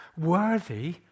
worthy